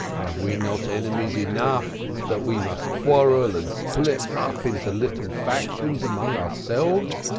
have we not enemies enough that we must quarrel and split up into little factions among ourselves?